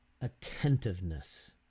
attentiveness